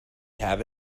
have